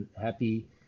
happy